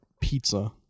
pizza